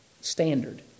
standard